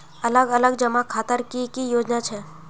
अलग अलग जमा खातार की की योजना छे?